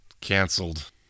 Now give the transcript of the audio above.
Cancelled